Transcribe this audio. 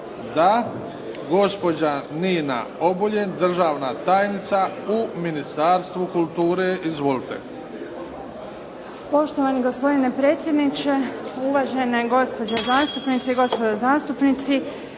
Da. Gospođa Nina Obuljen, državna tajnica u Ministarstvu kulture. Izvolite. **Obuljen Koržinek, Nina** Poštovani gospodine predsjedniče. Uvažene gospođe zastupnice i gospodo zastupnici.